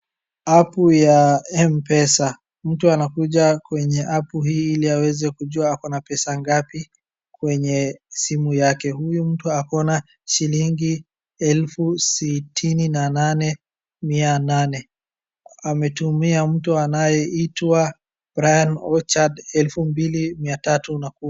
Apu y mpesa. Mtu anakuja kwenye apu hii ili aweze kujua ako na pesa ngapi kwenye simu yake. Huyu mtu ako na shilingi elfu sitini na nane mia nane. Ametumia mtu nayeitwa Ryan Orchd elfu mbili mia tatu na kumi.